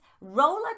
roller